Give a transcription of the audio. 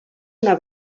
una